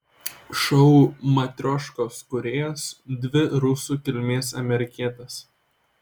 šou matrioškos kūrėjos dvi rusų kilmės amerikietės